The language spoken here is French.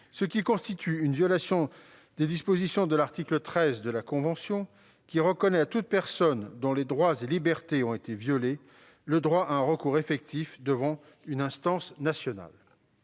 Cela constitue une violation de l'article 13 de la Convention, qui reconnaît à toute personne dont les droits et libertés ont été violés le droit à un recours effectif devant une instance nationale.